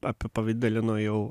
apipavidalino jau